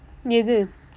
எது:ethu